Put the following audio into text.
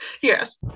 Yes